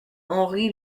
henri